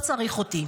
הוא לא צריך אותי,